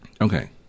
Okay